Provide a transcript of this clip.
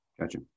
Gotcha